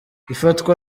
ifatwa